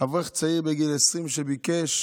אברך צעיר, בגיל 20, שביקש